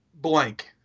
blank